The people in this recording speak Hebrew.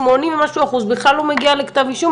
80 ומשהו אחוז בכלל לא מגיע לכתב אישום,